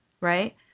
right